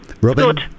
Robin